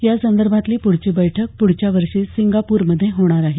यासंदर्भातली पुढची बैठक पुढच्या वर्षी सिंगापूरमध्ये होणार आहे